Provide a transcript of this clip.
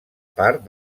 part